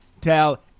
tell